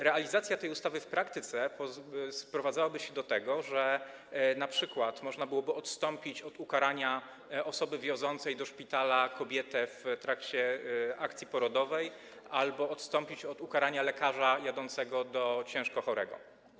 Realizacja tej ustawy w praktyce sprowadzałaby się do tego, że np. można by było odstąpić od ukarania osoby wiozącej do szpitala kobietę w trakcie akcji porodowej albo odstąpić od ukarania lekarza jadącego do ciężko chorego.